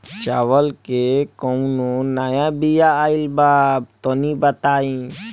चावल के कउनो नया बिया आइल बा तनि बताइ?